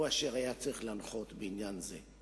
הוא אשר היה צריך להנחות בעניין זה.